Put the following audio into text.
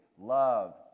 love